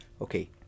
okay